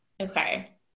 Okay